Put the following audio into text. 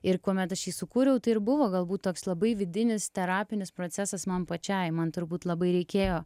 ir kuomet aš jį sukūriau tai ir buvo galbūt toks labai vidinis terapinis procesas man pačiai man turbūt labai reikėjo